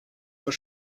zur